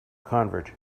convert